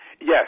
Yes